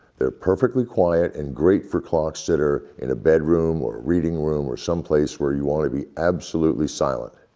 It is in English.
they're perfectly quiet and great for clock sitter in a bedroom or reading room or someplace where you want to be absolutely silent.